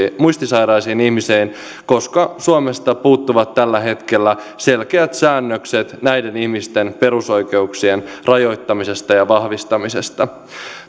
muistisairaisiin ihmisiin koska suomesta puuttuvat tällä hetkellä selkeät säännökset näiden ihmisten perusoikeuksien rajoittamisesta ja vahvistamisesta